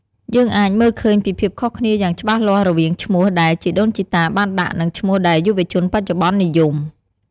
យើងអាចមើលឃើញពីភាពខុសគ្នាយ៉ាងច្បាស់លាស់រវាងឈ្មោះដែលជីដូនជីតាបានដាក់ និងឈ្មោះដែលយុវជនបច្ចុប្បន្ននិយម។